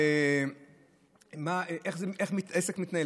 איך העסק מתנהל.